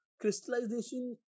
crystallization